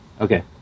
okay